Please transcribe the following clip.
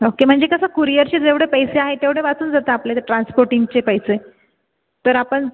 okay म्हणजे कसं कुरिअरचे जेवढे पैसे आहे तेवढे वाचून जातं आपल्या त्या ट्रान्सपोर्टिंगचे पैसे तर आपण